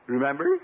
Remember